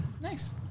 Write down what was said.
Nice